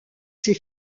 ses